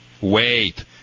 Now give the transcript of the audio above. Wait